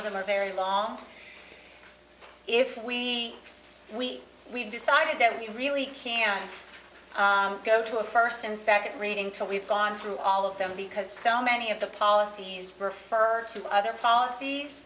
of them are very long if we we we decided that we really can't go to a first and second reading till we've gone through all of them because so many of the policies refer to other policies